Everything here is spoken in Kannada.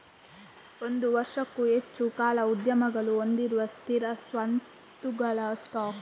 ಒಂದು ವರ್ಷಕ್ಕೂ ಹೆಚ್ಚು ಕಾಲ ಉದ್ಯಮಗಳು ಹೊಂದಿರುವ ಸ್ಥಿರ ಸ್ವತ್ತುಗಳ ಸ್ಟಾಕ್